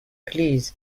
please